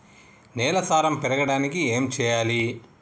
నేల సారం పెరగడానికి ఏం చేయాలి?